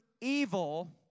evil